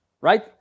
right